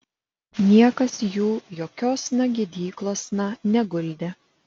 niekas jų jokiosna gydyklosna neguldė